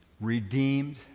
redeemed